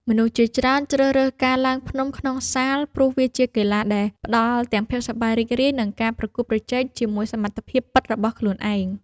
មនុស្សជាច្រើនជ្រើសរើសការឡើងភ្នំក្នុងសាល ព្រោះវាជាកីឡាដែលផ្ដល់ទាំងភាពសប្បាយរីករាយ និងការប្រកួតប្រជែងជាមួយសមត្ថភាពពិតរបស់ខ្លួនឯង។